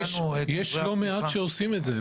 יש לא מעט שעושים את זה.